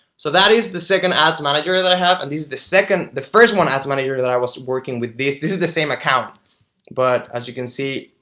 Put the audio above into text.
so that is the second ads manager that i have and this is the second the first one has manager that i was working with this this is the same account but as you can see,